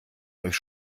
euch